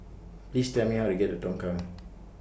Please Tell Me How to get to Tongkang